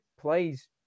plays –